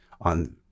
on